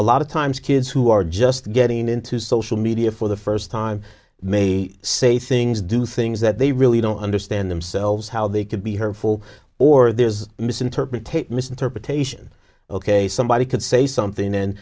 a lot of times kids who are just getting into social media for the first time may say things do things that they really don't understand themselves how they could be hurtful or there's misinterpretation misinterpretation ok somebody could say something and